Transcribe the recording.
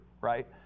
right